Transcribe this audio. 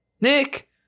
Nick